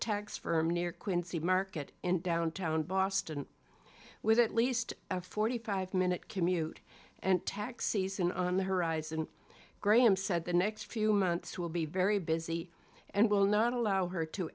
tax firm near quincy market in downtown boston with at least a forty five minute commute and tax season on the horizon graham said the next few months will be very busy and will not allow her to